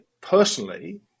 personally